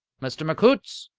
mr. mchoots?